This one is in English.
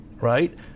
right